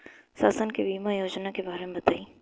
शासन के बीमा योजना के बारे में बताईं?